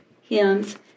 hymns